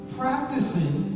practicing